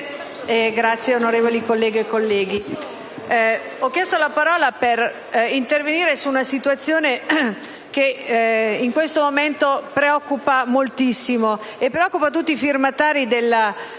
Presidente, onorevoli colleghe e colleghi, ho chiesto la parola per intervenire su una situazione che in questo momento preoccupa moltissimo tutti i firmatari dell'interrogazione